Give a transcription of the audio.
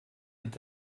est